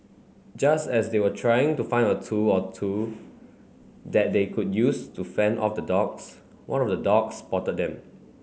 just as they were trying to find a tool or two that they could use to fend off the dogs one of the dogs spotted them